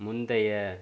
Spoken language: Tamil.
முந்தைய